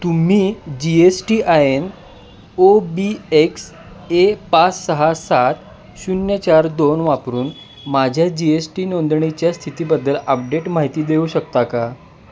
तुम्ही G S T I N O B X A पाच सहा सात शून्य चार दोन वापरून माझ्या जी एस टी नोंदणीच्या स्थितीबद्दल अपडेट माहिती देऊ शकता का